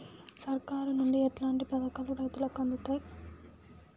సర్కారు నుండి ఎట్లాంటి పథకాలు రైతులకి అందుతయ్?